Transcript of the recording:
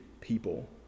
people